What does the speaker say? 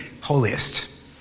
holiest